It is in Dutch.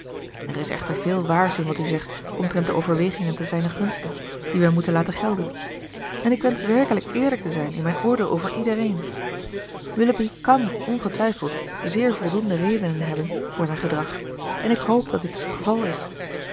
er is echter veel waars in wat u zegt omtrent de overwegingen te zijnen gunste die wij moeten laten gelden en ik wensch werkelijk eerlijk te zijn in mijn oordeel over iedereen willoughby kàn ongetwijfeld zeer voldoende redenen hebben voor zijn gedrag en ik hoop dat dit het geval is